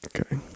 Okay